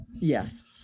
yes